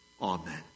Amen